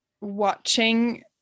watching